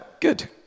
Good